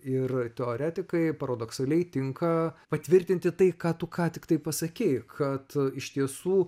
ir teoretikai paradoksaliai tinka patvirtinti tai ką tu ką tik tai pasakei kad iš tiesų